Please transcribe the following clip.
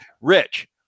Rich